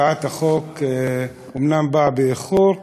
הצעת החוק אומנם באה באיחור,